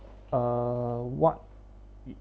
uh what